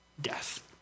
death